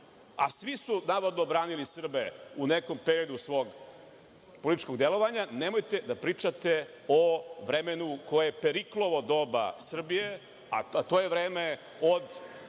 a svi su navodno branili Srbe u nekom periodu svog političkog delovanja, nemojte da pričate o vremenu koje je Periklovo doba Srbije, a to je vreme od